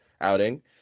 outing